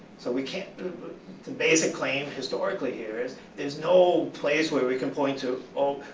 so we can't do the basic claim historically here is there's no place where we can point to oh,